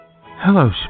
Hello